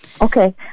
okay